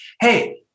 Hey